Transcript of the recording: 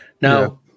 Now